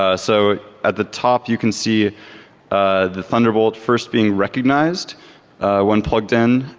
ah so at the top you can see the thunderbolt first being recognized when plugged in,